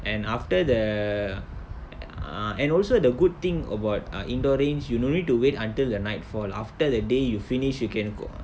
and after the uh and also the good thing about ah indoor range is you no need to wait until the night fall after the day you finish you can go